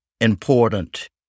important